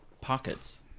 pockets